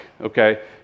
okay